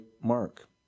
Mark